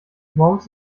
morgens